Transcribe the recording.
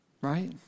Right